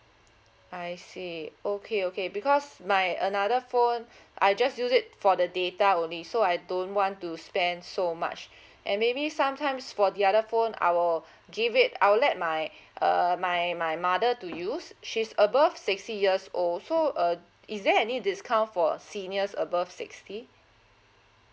I see okay okay because my another phone I just use it for the data only so I don't want to spend so much and maybe sometimes for the other phone I will give it I'll let my err my my mother to use she's above sixty years old so uh is there any discount for seniors above sixty